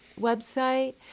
website